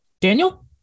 Daniel